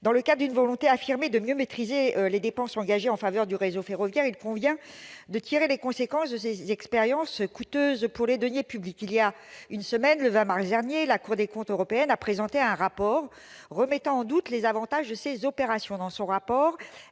Dans le cadre d'une volonté affirmée de mieux maîtriser les dépenses engagées en faveur du réseau ferroviaire, il convient de tirer les conséquences de ces expériences coûteuses pour les deniers publics. Il y a une semaine, le 20 mars dernier, la Cour des comptes européenne a présenté un rapport mettant en doute les avantages de ces opérations. Elle relève